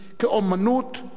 כאמנות,